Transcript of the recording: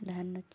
ଧାନ